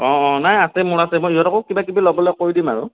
অঁ অঁ নাই আছে মোৰ আছে মই সিহঁতকো কিবা কিবি ল'বলে কৈ দিম আৰু